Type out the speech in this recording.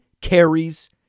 carries